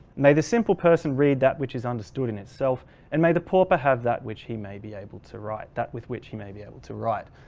may the simple person read that which is understood in itself and may the pauper have that which he may be able to write. that with which he may be able to write.